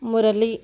Murali